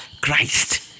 Christ